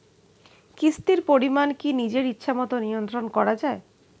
কিস্তির পরিমাণ কি নিজের ইচ্ছামত নিয়ন্ত্রণ করা যায়?